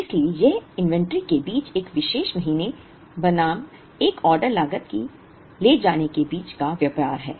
इसलिए यह इन्वेंट्री के बीच एक विशेष महीने बनाम एक ऑर्डर लागत की लागत को ले जाने के बीच का व्यापार है